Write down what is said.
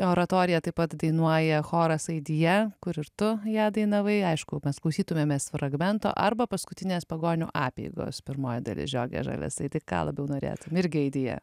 oratoriją taip pat dainuoja choras aidija kur ir tu ją dainavai aišku mes klausytumėmės fragmento arba paskutinės pagonių apeigos pirmoji dalis žioge žaliasai tai ką labiau norėtum irgi aidija